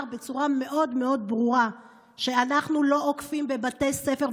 בצורה מאוד מאוד ברורה שאנחנו לא אוכפים בבתי ספר.